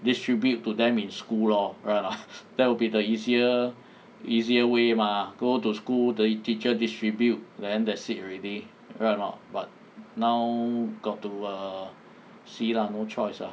distribute to them in school lor right or not that will be the easier easier way mah go to school the teacher distribute then that's it already right a not but now got to see lah no choice lah